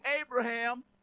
abraham